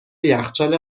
یخچال